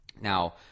Now